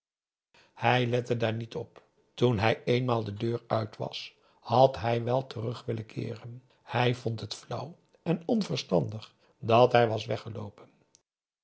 hij lette daar niet op toen hij eenmaal de deur uit was had hij wel terug willen keeren hij vond het flauw en onverstandig dat hij was weggeloopen